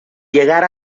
llegar